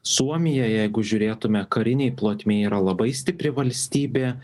suomija jeigu žiūrėtume karinėj plotmėj yra labai stipri valstybė